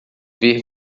ver